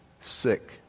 sick